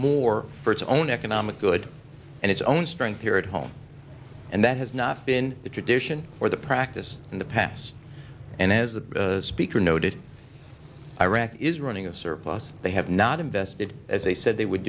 more for its own economic good and its own strength here at home and that has not been the tradition or the practice in the past and as the speaker noted iraq is running a surplus they have not invested as they said they would